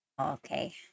Okay